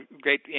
great